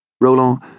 Roland